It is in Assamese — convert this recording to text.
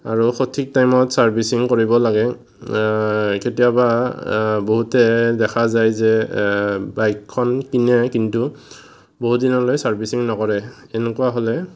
আৰু সঠিক টাইমত ছাৰ্ভিচিং কৰিব লাগে কেতিয়াবা বহুতে দেখা যায় যে বাইকখন কিনে কিন্তু বহুদিনলৈ ছাৰ্ভিচিং নকৰে এনেকুৱা হ'লে